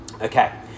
Okay